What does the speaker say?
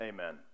Amen